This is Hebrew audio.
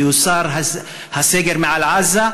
ויוסר הסגר מעל עזה,